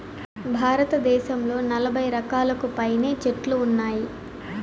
భారతదేశంలో నలబై రకాలకు పైనే చెట్లు ఉన్నాయి